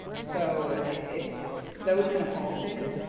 so it's those kind of politics,